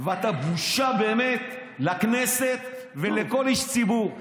ואתה בושה באמת לכנסת ולכל איש ציבור.